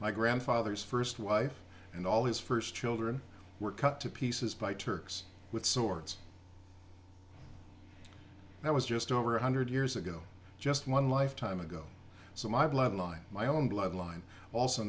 my grandfather's first wife and all his first children were cut to pieces by turks with swords that was just over one hundred years ago just one lifetime ago so my bloodline my own bloodline also